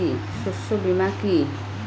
শস্য বীমা কি?